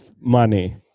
money